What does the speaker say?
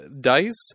dice